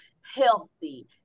healthy